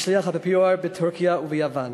כשליח האפיפיור בטורקיה וביוון.